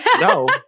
No